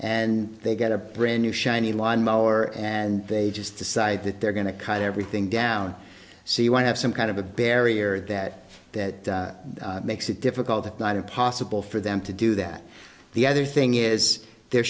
and they get a brand new shiny lawn mower and they just decide that they're going to cut everything down so you want to have some kind of a barrier that that makes it difficult not impossible for them to do that the other thing is there